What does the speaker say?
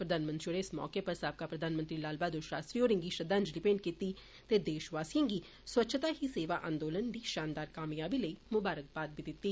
प्रधानमंत्री होरें इस मौके उप्पर साबका प्रधानमंत्री लाल बहादुर शास्त्री होरें गी श्रद्वांजलि भेंट कीती ते देश वासिएं गी स्वच्छता दी सेवा आन्दोलन दी शानदार कामयाबी लेई मुबारखवाद दिती